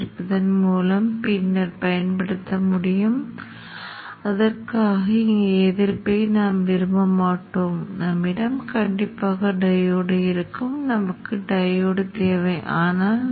நீங்கள் திரையில் முன்னோக்கி மாற்றி உடன் நஷ்டமான கோர் ஃப்ளக்ஸ் மீட்டமை அழைப்பை பார்க்கலாம் இது நஷ்டம் ஏனென்றால் மைய மீட்டமை சுற்று இதுதான் என்று நாம் படித்தோம் மற்றும் இதுதான் இழப்பு மின்தடை